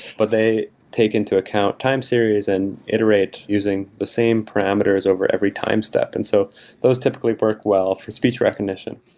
but they take into account time series and iterate using the same parameters over every time step. and so those typically work well for speech recognition,